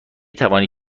توانی